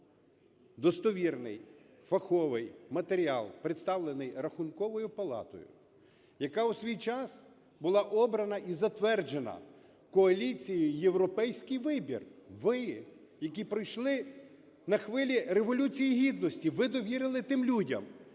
достовірний, фаховий матеріал, представлений Рахунковою палатою, яка у свій час була обрана і затверджена коаліцією "Європейський вибір", ви, які прийшли на хвилі Революції Гідності, ви довірили тим людям,